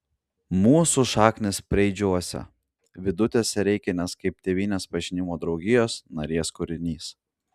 mūsų šaknys preidžiuose vidutės sereikienės kaip tėvynės pažinimo draugijos narės kūrinys